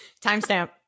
Timestamp